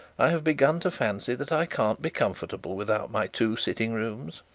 i have begun to fancy that i can't be comfortable without my two sitting-rooms